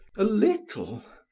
a little,